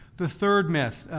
the third myth,